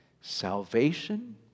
salvation